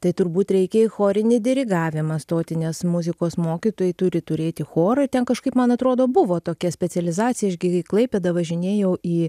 tai turbūt reikia į chorinį dirigavimą stoti nes muzikos mokytojai turi turėti chorą ir ten kažkaip man atrodo buvo tokia specializacija aš gi į klaipėdą važinėjau į